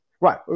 right